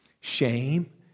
Shame